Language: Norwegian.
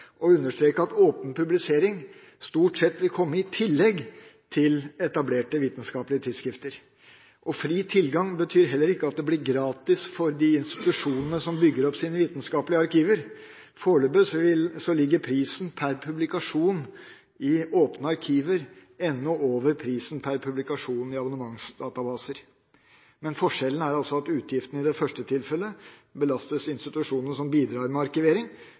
å understreke at åpen publisering stort sett vil komme i tillegg til etablerte vitenskapelige tidsskrifter. Fri tilgang betyr heller ikke at det blir gratis for de institusjonene som bygger opp sine vitenskapelige arkiver. Foreløpig ligger prisen per publikasjon i åpne arkiver ennå over prisen per publikasjon i abonnementsdatabaser. Forskjellen er at utgiftene i det første tilfellet belastes institusjonen som bidrar med arkivering,